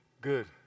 good